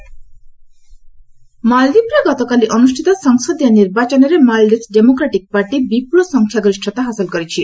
Maldives ମାଳଦୀପରେ ଗତକାଲି ଅନୁଷ୍ଠିତ ସଂସଦୀୟ ନିର୍ବାଚନରେ ମାଲ୍ଡିଭ୍ସ ଡେମୋକ୍ରାଟିକ୍ ପାର୍ଟି ଏମ୍ଡିପି ବିପୁଳ ସଂଖ୍ୟାଗରିଷ୍ଣତା ହାସଲ କରିଛି